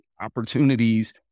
opportunities